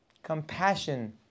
Compassion